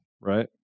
Right